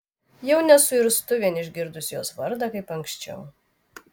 jau nesuirztu vien išgirdusi jos vardą kaip anksčiau